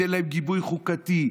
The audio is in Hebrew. ייתן להם גיבוי חוקתי,